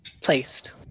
placed